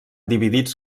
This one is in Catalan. dividits